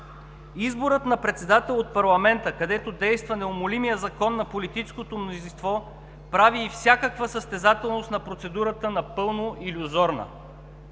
Изборът на председател от парламента, където действа неумолимият закон на политическото мнозинство, прави и всякаква състезателност на процедурата напълно илюзорна.